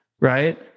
right